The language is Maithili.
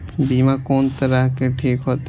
बीमा कोन तरह के ठीक होते?